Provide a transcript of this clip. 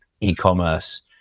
e-commerce